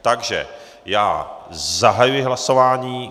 Takže já zahajuji hlasování.